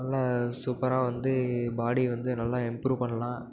நல்ல சூப்பராக வந்து பாடி வந்து நல்லா இம்ப்ரூவ் பண்ணலாம்